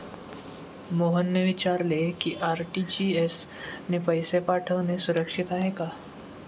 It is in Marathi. मोहनने विचारले की आर.टी.जी.एस ने पैसे पाठवणे सुरक्षित आहे का?